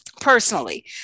personally